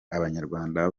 abanyarwanda